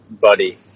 buddy